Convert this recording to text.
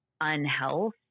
unhealth